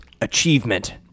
achievement